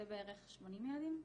זה בערך 80 ילדים,